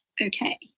okay